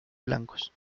blancos